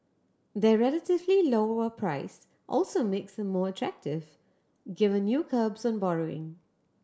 their relatively lower price also makes them more attractive given new curbs on borrowing